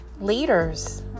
leaders